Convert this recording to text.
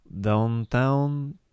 Downtown